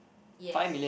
yes